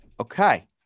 Okay